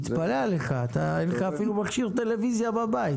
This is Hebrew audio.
יכולה להגיד על פני חמש או עשר שנים,